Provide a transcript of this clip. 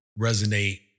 resonate